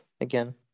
again